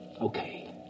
Okay